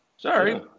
Sorry